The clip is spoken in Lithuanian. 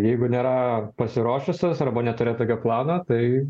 jeigu nėra pasiruošusios arba neturi tokio plano tai